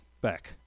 back